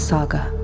Saga